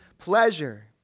pleasure